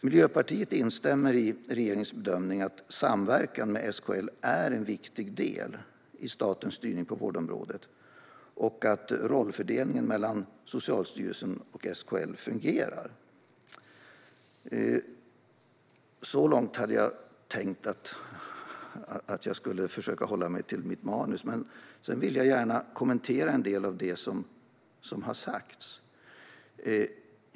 Miljöpartiet instämmer i regeringens bedömning att samverkan med SKL är en viktig del i statens styrning på vårdområdet och att rollfördelningen mellan Socialstyrelsen och SKL fungerar. Så långt hade jag tänkt att jag skulle försöka hålla mig till mitt manus. Men jag vill gärna kommentera en del av det som har sagts här.